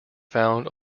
found